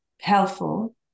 helpful